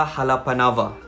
Halapanava